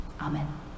Amen